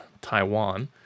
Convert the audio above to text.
taiwan